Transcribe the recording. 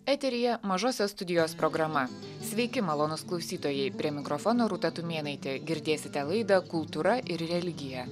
eteryje mažosios studijos programa sveiki malonūs klausytojai prie mikrofono rūta tumėnaitė girdėsite laidą kultūra ir religija